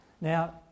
Now